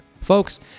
Folks